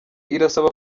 irasaba